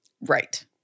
Right